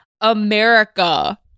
America